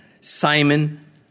Simon